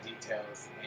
details